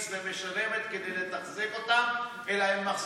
תודה רבה.